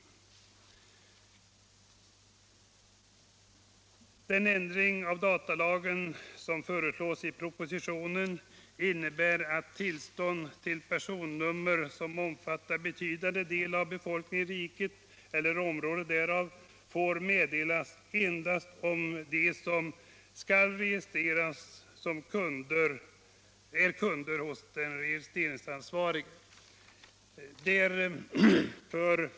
Den ändring av datalagen som föreslås i propositionen innebär att tillstånd till register som omfattar betydande del av befolkningen i riket eller område därav får meddelas endast om de som skall registreras är kunder hos den registeransvarige.